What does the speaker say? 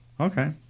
Okay